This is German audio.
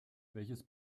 welches